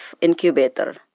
incubator